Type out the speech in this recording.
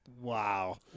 Wow